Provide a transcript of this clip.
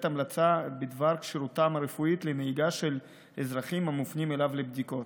המלצה בדבר כשירותם הרפואית לנהיגה של אזרחים המופנים אליו לבדיקות.